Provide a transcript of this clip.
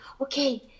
okay